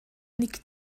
нэг